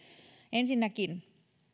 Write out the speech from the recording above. ensinnäkin